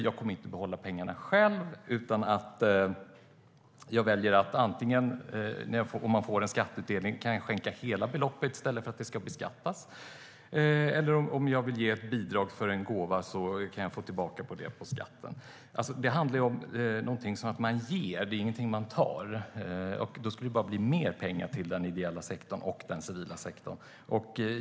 Jag kommer inte att behålla pengarna själv. Om jag får en skatteutdelning kan jag välja att skänka hela beloppet i stället för att det ska beskattas, eller om jag vill ge ett bidrag för en gåva kan jag få tillbaka på det på skatten. Det handlar om någonting man ger. Det är ingenting man tar. Då skulle det bara bli mer pengar till den ideella sektorn och den civila sektorn.